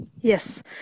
Yes